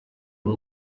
rwo